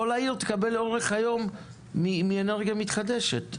כל העיר תקבל לאורך היום מאנרגיה מתחדשת.